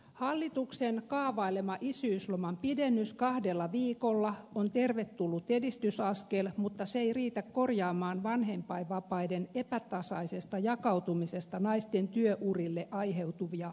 hallituksen kaavailema isyysloman pidennys kahdella viikolla on tervetullut edistysaskel mutta se ei riitä korjaamaan vanhempainvapaiden epätasaisesta jakautumisesta naisten työurille aiheutuvia ongelmia